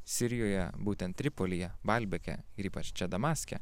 sirijoje būtent tripolyje balbeke ir ypač čia damaske